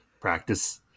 practice